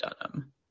Dunham